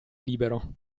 libero